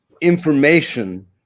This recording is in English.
information